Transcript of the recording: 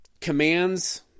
commands